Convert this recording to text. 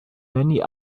many